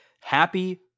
happy